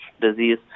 disease